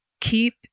keep